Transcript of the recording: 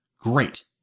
Great